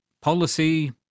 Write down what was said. policy